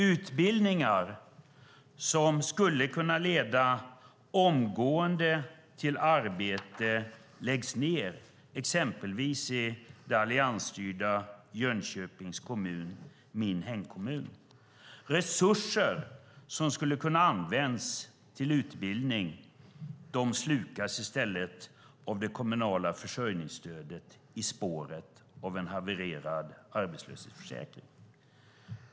Utbildningar som skulle kunna leda omgående till arbete läggs ned exempelvis i alliansstyrda Jönköpings kommun, min hemkommun. Resurser som skulle kunna ha använts till utbildning slukas i stället av det kommunala försörjningsstödet i spåret av en havererad arbetslöshetsförsäkring.